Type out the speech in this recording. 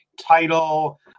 Title